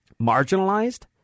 Marginalized